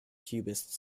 cubist